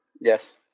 Yes